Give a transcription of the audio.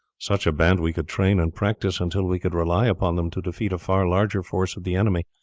such a band we could train and practise until we could rely upon them to defeat a far larger force of the enemy,